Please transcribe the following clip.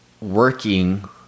working